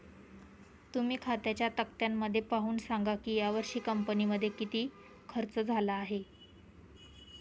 तुम्ही खात्यांच्या तक्त्यामध्ये पाहून सांगा की यावर्षी कंपनीमध्ये किती खर्च झाला आहे